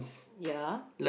yeah